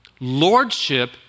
Lordship